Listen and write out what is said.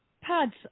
pads